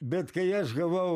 bet kai aš gavau